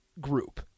group